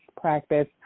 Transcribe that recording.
practice